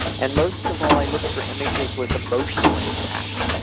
and most of all i look for images with emotional impact.